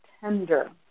tender